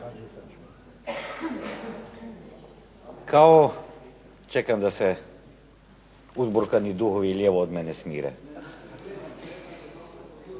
Čekam da se uzburkani duhovi lijevo od mene smire.